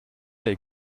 avec